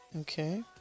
Okay